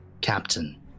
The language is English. Captain